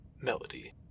melody